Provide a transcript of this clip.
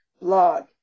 Blog